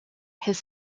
his